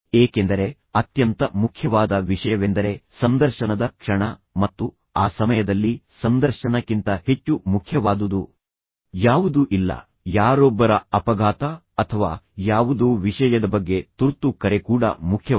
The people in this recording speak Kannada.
ಏಕೆಂದರೆ ಅತ್ಯಂತ ಮುಖ್ಯವಾದ ವಿಷಯವೆಂದರೆ ಸಂದರ್ಶನದ ಕ್ಷಣ ಮತ್ತು ಆ ಸಮಯದಲ್ಲಿ ಸಂದರ್ಶನಕ್ಕಿಂತ ಹೆಚ್ಚು ಮುಖ್ಯವಾದುದು ಯಾವುದೂ ಇಲ್ಲ ಯಾರೊಬ್ಬರ ಅಪಘಾತ ಅಥವಾ ಯಾವುದೋ ವಿಷಯದ ಬಗ್ಗೆ ತುರ್ತು ಕರೆ ಕೂಡ ಮುಖ್ಯವಲ್ಲ